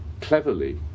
cleverly